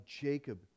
Jacob